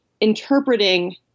interpreting